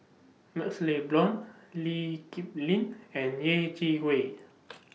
MaxLe Blond Lee Kip Lin and Yeh Chi Wei